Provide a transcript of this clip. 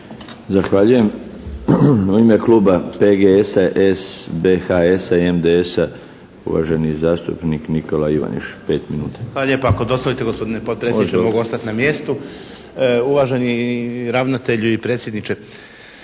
Zahvaljujem. U ime kluba PGS-a, SBHS-a i MDS-a uvaženi zastupnik Nikola Ivaniš 5 minuta. **Ivaniš, Nikola (PGS)** Hvala lijepa. Ako dozvolite gospodine potpredsjedniče mogu ostati na mjestu. Uvaženi ravnatelju i predsjedniče